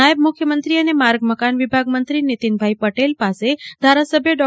નાયબ મુખ્યમંત્રી અને માર્ગ મકાન વિભાગ મંત્રી નીતિનભાઇ પટેલ પાસે ધારાસભ્ય ડો